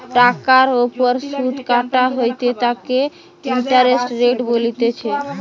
টাকার ওপর সুধ কাটা হইতেছে তাকে ইন্টারেস্ট রেট বলতিছে